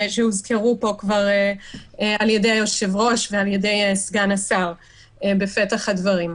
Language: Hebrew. שכבר הוזכרו פה על ידי היושב-ראש ועל ידי סגן השר בפתח הדברים.